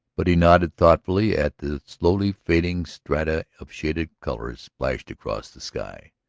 but he nodded thoughtfully at the slowly fading strata of shaded colors splashed across the sky.